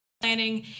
planning